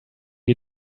you